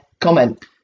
comment